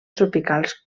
tropicals